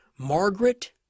Margaret